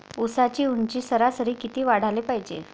ऊसाची ऊंची सरासरी किती वाढाले पायजे?